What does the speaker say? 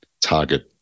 target –